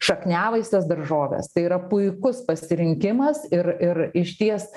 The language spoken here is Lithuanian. šakniavaises daržoves tai yra puikus pasirinkimas ir ir išties